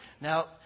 Now